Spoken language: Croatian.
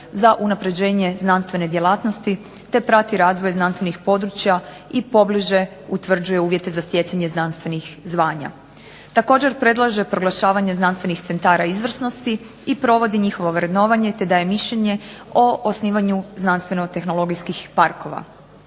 za unapređenje znanstvene djelatnosti, te prati razvoj znanstvenih područja i pobliže utvrđuje uvjete za stjecanje znanstvenih zvana. Također predlaže znanstvenih centara izvrsnosti i provodi njihovo vrednovanje, te daje mišljenje o osnivanju znanstveno tehnologijskih parkova.